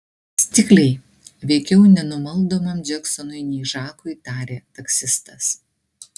stikliai veikiau nenumaldomam džeksonui nei žakui tarė taksistas